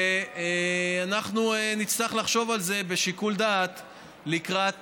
ואנחנו נצטרך לחשוב על זה בשיקול דעת לקראת